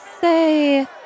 say